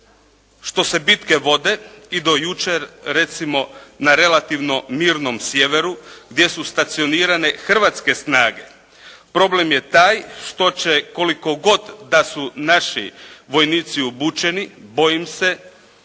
Što se bitke vode i do jučer recimo na relativno mirnom sjeveru gdje su stacionirane hrvatske snage, problem je taj što će koliko god da su naši vojnici obučeni, bojim se